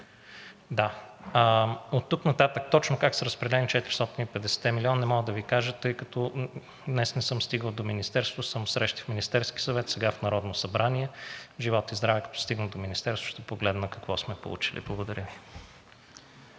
Оттук нататък точно как са разпределени 450-те милиона не мога да Ви кажа, тъй като днес не съм стигал до Министерството, а съм на срещи в Министерския съвет, сега съм в Народното събрание. Живот и здраве, като стигна до Министерството, ще погледна какво сме получили. Благодаря Ви.